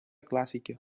clàssica